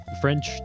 French